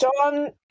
John